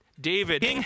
David